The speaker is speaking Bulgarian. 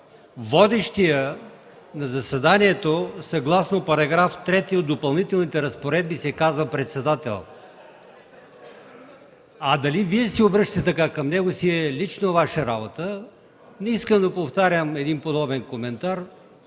водещият на заседанието, съгласно § 3 от Допълнителните разпоредби, се казва „председател”, а дали Вие се обръщате така към него, си е лично Ваша работа. Не искам да повтарям един подобен коментар,